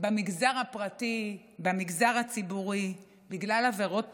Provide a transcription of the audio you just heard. במגזר הפרטי, במגזר הציבורי, בגלל עבירות פליליות,